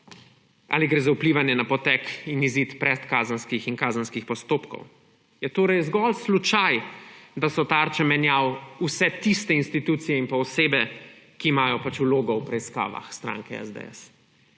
ali gre za vplivanje na potek in izid predkazenskih in kazenskih postopkov. Je torej zgolj slučaj, da so tarče menjav vse tiste institucije in osebe, ki imajo vlogo v preiskavah stranke SDS.